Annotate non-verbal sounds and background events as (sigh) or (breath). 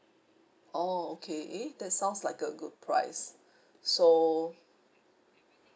orh okay that's sounds like a good price (breath) so